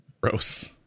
Gross